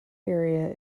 area